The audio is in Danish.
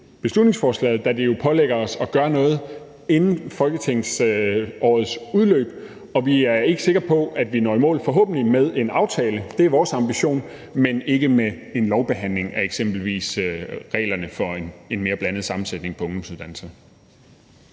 beslutningsforslaget, da det jo pålægger os at gøre noget inden folketingsårets udløb, og vi er ikke sikre på, at vi når i mål med en lovbehandling af eksempelvis reglerne for en mere blandet sammensætning på ungdomsuddannelserne,